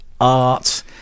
art